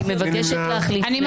נמנע?